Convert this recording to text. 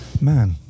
Man